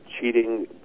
cheating